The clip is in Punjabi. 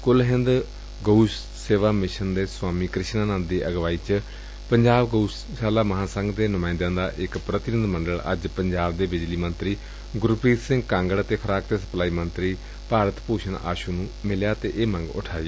ਕੁੱਲ ਹਿੰਦ ਗਉ ਸੇਵਾ ਮਿਸ਼ਨ ਦੇ ਸਵਾਮੀ ਕੁਿਸ਼ਨਾ ਨੰਦ ਦੀ ਅਗਵਾਈ ਚ ਪੰਜਾਬ ਗਉਸ਼ਾਲਾ ਮਹਾਂਸੰਘ ਦੇ ਨੁਮਾਇੰਦਿਆਂ ਦਾ ਇਕ ਪੁਤੀਨਿਧ ਮੰਡਲ ਅੱਜ ਪੰਜਾਬ ਦੇ ਬਿਜਲੀ ਮੰਤਰੀ ਗੁਰਪ੍ਰੀਤ ਸਿੰਘ ਕਾਂਗੜ ਅਤੇ ਖੁਰਾਕ ਤੇ ਸਪਲਾਈ ਮੰਤਰੀ ਭਾਰਤ ਭੁਸ਼ਣ ਆਸ ਨੂੰ ਮਿਲਿਆ ਅਤੇ ਇਹ ਮੰਗ ਉਠਾਈ